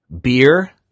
beer